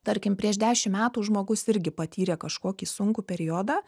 tarkim prieš dešim metų žmogus irgi patyrė kažkokį sunkų periodą